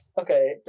okay